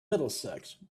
middlesex